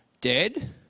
dead